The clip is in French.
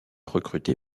recruté